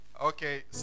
okay